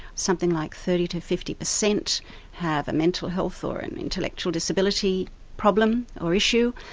something like thirty to fifty per cent have a mental health or an intellectual disability problem or issue,